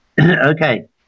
Okay